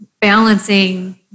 balancing